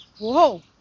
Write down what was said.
Whoa